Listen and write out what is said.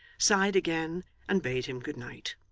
sighed again and bade him good night.